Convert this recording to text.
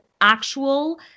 actual